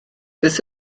beth